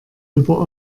über